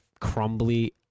crumbly